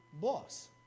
boss